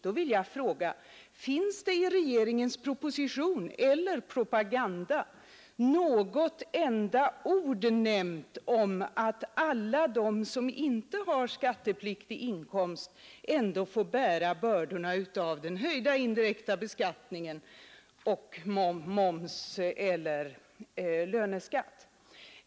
Då vill jag fråga: Finns det i regeringens proposition eller propaganda ett enda ord om att alla de som inte har skattepliktig inkomst ändå får bära bördorna av den höjda indirekta beskattningen, mervärdeskatten eller löneskatten?